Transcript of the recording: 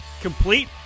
Complete